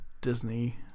Disney